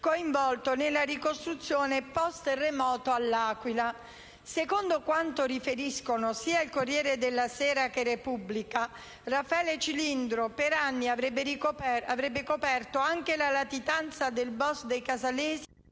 coinvolto nella ricostruzione *post* terremoto a L'Aquila. Secondo quanto riferiscono sia «Corriere della Sera» che «la Repubblica», Raffaele Cilindro per anni avrebbe coperto anche la latitanza del *boss* dei Casalesi